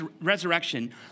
resurrection